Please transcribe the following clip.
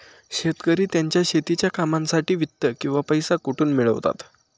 शेतकरी त्यांच्या शेतीच्या कामांसाठी वित्त किंवा पैसा कुठून मिळवतात?